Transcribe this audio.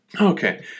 Okay